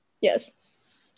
yes